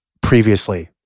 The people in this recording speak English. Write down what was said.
previously